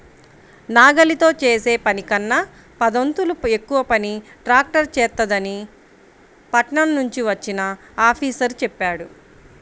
నాగలితో చేసే పనికన్నా పదొంతులు ఎక్కువ పని ట్రాక్టర్ చేత్తదని పట్నం నుంచి వచ్చిన ఆఫీసరు చెప్పాడు